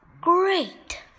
Great